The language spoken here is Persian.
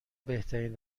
بهترین